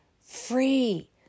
free